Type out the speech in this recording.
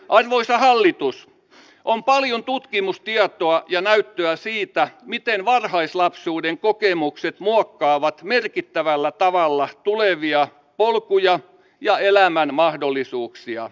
arvoisa hallitus on paljon tutkimustietoa ja näyttöä siitä miten varhaislapsuuden kokemukset muokkaavat merkittävällä tavalla tulevia polkuja ja elämän mahdollisuuksia